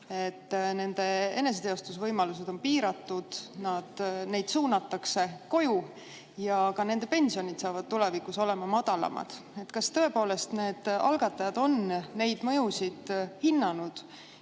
nende eneseteostusvõimalused on piiratud, neid suunatakse koju ja ka nende pensionid saavad tulevikus olema madalamad. Kas tõepoolest [eelnõu] algatajad on neid mõjusid hinnanud